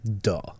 duh